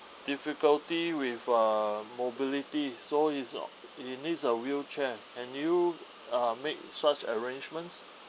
difficulty with uh mobility so he's he needs a wheelchair can you uh make such arrangements